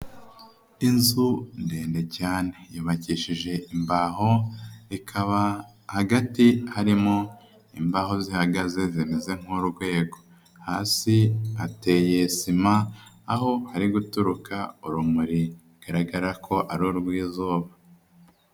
Inzu ndende cyane yubakishije imbaho ikaba hagati harimo imbaho zihagaze zimeze nk'urwego, hasi hateye sima aho hari guturuka urumuri bigaragara ko ari urw'izuba.